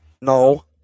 No